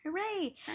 Hooray